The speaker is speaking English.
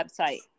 website